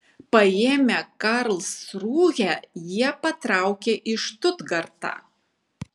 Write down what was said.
paėmę karlsrūhę jie patraukė į štutgartą